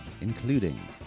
including